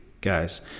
guys